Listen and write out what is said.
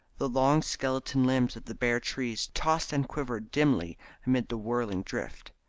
the long skeleton limbs of the bare trees tossed and quivered dimly amid the whirling drift.